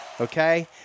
Okay